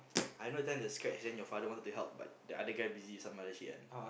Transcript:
I know just the scratch then your father wanted to help but the other guy busy with some shit one